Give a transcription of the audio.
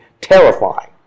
terrifying